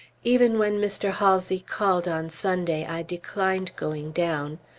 even when mr. halsey called on sunday, i declined going down.